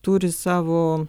turi savo